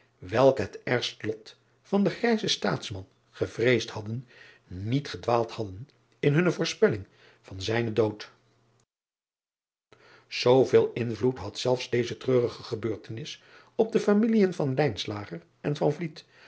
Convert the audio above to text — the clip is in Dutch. welke het ergste lot van den grijzen taatsman gevreesd hadden niet gedwaald hadden in hunne voorspelling van zijnen dood ooveel invloed had zelfs deze treurige gebeurtenis op de familiën van en